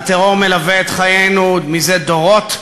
הטרור מלווה את חיינו זה דורות,